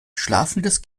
schlafendes